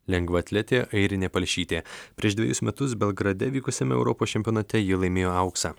lengvaatletė airinė palšytė prieš dvejus metus belgrade vykusiame europos čempionate ji laimėjo auksą